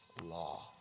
law